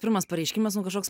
pirmas pareiškimas nu kažkoks